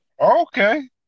Okay